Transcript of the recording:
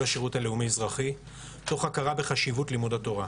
השירות הלאומי אזרחי תוך הכרה בחשיבות לימוד התורה.